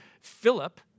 Philip